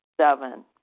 Seven